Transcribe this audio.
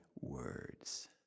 words